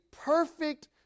perfect